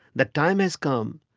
the time has come,